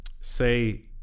say